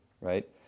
right